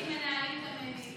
הש"סניקים מנהלים את המליאה,